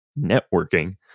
networking